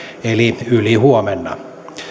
eli ylihuomenna